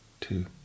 two